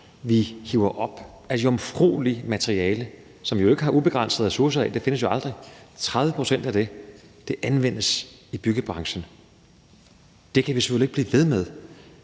vi hiver op – jomfrueligt materiale, som vi jo ikke har ubegrænsede ressourcer af – anvendes i byggebranchen. Det kan vi selvfølgelig ikke blive ved med.